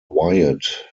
wyatt